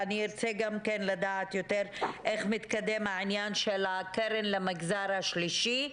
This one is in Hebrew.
אני ארצה לדעת יותר איך מתקדם העניין של הקרן למגזר השלישי.